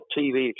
TV